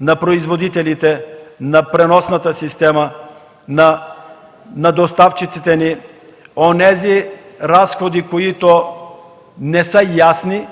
на производителите, на преносната система и на доставчиците онези разходи, които не са ясни,